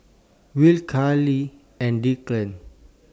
Will Charlene and Declan